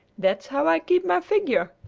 that's how i keep my figure!